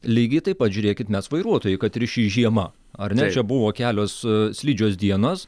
lygiai taip pat žiūrėkit mes vairuotojai kad ir ši žiema ar ne čia buvo kelios slidžios dienos